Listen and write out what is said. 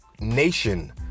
nation